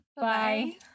Bye